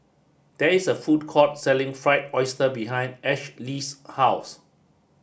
there is a food court selling Fried Oyster behind Ashlee's house